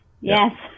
Yes